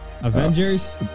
Avengers